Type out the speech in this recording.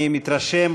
אני מתרשם,